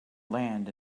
land